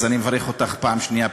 אז אני מברך אותך פעם שנייה,